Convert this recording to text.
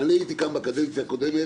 אני הייתי כאן בקדנציה הקודמת